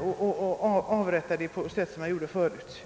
och gendriva det på sätt jag gjorde förut.